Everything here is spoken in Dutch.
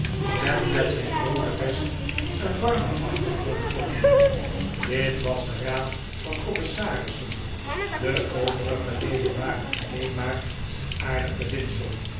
en met zijn roode vest een warmen achtergrond vormde dit was de raad van commissarissen de overige leden waren alleen maar een aardig verzinsel